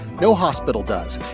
no hospital does.